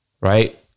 Right